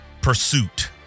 pursuit